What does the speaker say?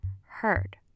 heard